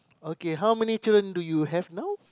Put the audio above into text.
okay how many children do you have now